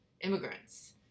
immigrants